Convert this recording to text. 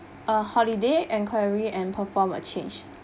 uh holiday enquiry and perform a change